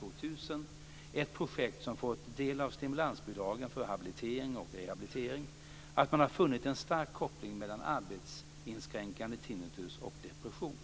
2000, ett projekt som fått del av stimulansbidragen för habilitering och rehabilitering, att man har funnit en stark koppling mellan arbetsinskränkande tinnitus och depression.